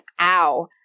ow